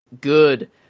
good